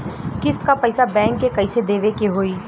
किस्त क पैसा बैंक के कइसे देवे के होई?